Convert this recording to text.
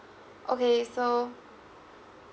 okay so